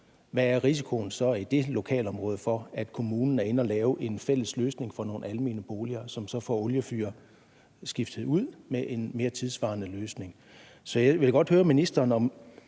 hvad er risikoen i det lokalområde så for, at kommunen er inde at lave en fælles løsning for nogle almene boliger, som så får deres oliefyr skiftet ud med en mere tidssvarende løsning?